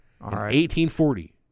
1840